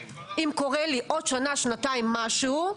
אם קורה לי עוד שנה-שנתיים משהו,